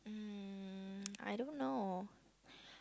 um I don't know